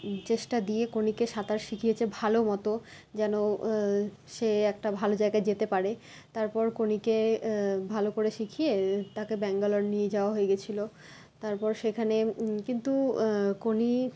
চেষ্টা দিয়ে কোনিকে সাঁতার শিখিয়েছে ভালো মতো যেন সে একটা ভালো জায়গায় যেতে পারে তারপর কোনিকে ভালো করে শিখিয়ে তাকে ব্যাঙ্গালোর নিয়ে যাওয়া হয়ে গিয়েছিলো তারপর সেখানে কিন্তু কোনি